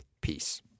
Peace